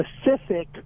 specific